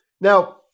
Now